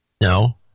No